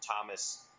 Thomas